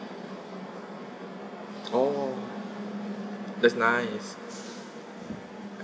oh that's nice